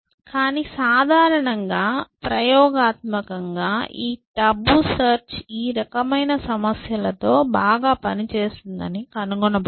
కానీ సాధారణంగా ప్రయోగాత్మకంగా ఈ టబు సెర్చ్ ఈ రకమైన సమస్యలతో బాగా పనిచేస్తుందని కనుగొనబడింది